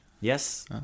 Yes